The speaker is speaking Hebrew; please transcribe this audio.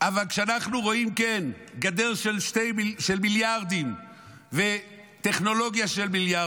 אבל כשאנחנו רואים גדר של מיליארדים וטכנולוגיה של מיליארדים